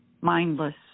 mindless